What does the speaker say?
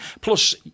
Plus